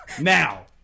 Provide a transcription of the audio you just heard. Now